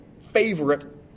favorite